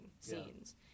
scenes